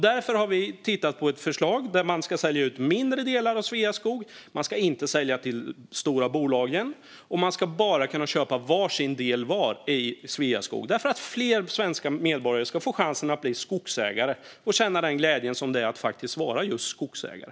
Därför har vi tittat på ett förslag om att sälja ut mindre delar av Sveaskog. De ska inte säljas till de stora bolagen, och man ska bara kunna köpa en del var i Sveaskog. Detta för att fler svenska medborgare ska få chansen att bli skogsägare och känna den glädje som det är att vara just skogsägare.